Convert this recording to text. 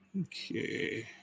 Okay